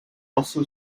also